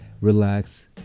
relax